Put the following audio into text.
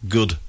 Good